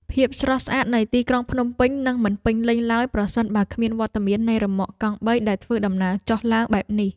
ភាពស្រស់ស្អាតនៃទីក្រុងភ្នំពេញនឹងមិនពេញលេញឡើយប្រសិនបើគ្មានវត្តមាននៃរ៉ឺម៉កកង់បីដែលធ្វើដំណើរចុះឡើងបែបនេះ។